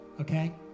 okay